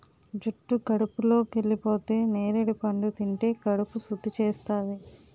జుట్టు కడుపులోకెళిపోతే నేరడి పండు తింటే కడుపు సుద్ధి చేస్తాది